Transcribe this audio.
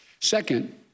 Second